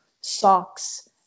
socks